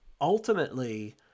Ultimately